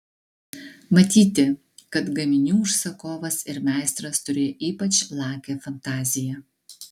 matyti kad gaminių užsakovas ir meistras turėjo ypač lakią fantaziją